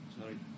sorry